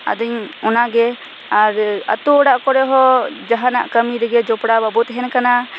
ᱟᱫᱚᱧ ᱚᱱᱟᱜᱮ ᱟᱨ ᱟᱛᱳ ᱚᱲᱟᱜ ᱠᱚᱨᱮ ᱦᱚᱸ ᱡᱟᱦᱟᱱᱟᱜ ᱠᱟᱹᱢᱤ ᱨᱮᱜᱮ ᱡᱚᱯᱲᱟᱣ ᱵᱟᱵᱚ ᱛᱟᱦᱮᱱ ᱠᱟᱱᱟ